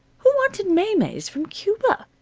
who wanted maymeys from cuba?